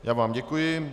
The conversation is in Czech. Já vám děkuji.